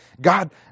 God